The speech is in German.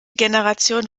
generation